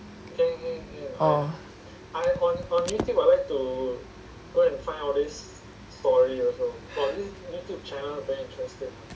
orh